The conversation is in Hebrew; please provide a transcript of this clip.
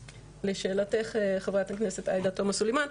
לשאלתך חברת הכנסת עאידה תומא סולימאן,